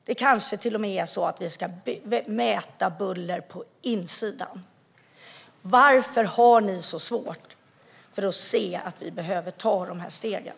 Vi ska kanske till och med mäta buller på insidan. Varför har ni så svårt att se att vi behöver ta de här stegen?